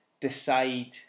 decide